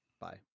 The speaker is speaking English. Bye